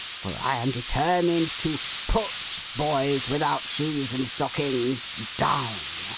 for i am determined to put boys without shoes and stockings, down.